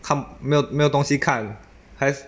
他没有没有东西看 have